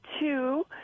two